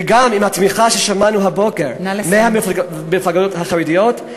גם עם התמיכה ששמענו הבוקר מהמפלגות החרדיות,